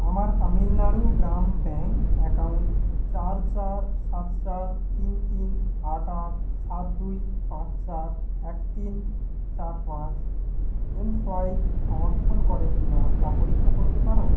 আমার তামিলনাড়ু গ্রাম bank account চার চার সাত চার তিন তিন আট আট সাত দুই পাঁচ চার এক তিন চার পাঁচ এমসোয়াইপ সমর্থন করে কি না তা পরীক্ষা করতে পারো